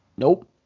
Nope